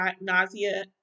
nausea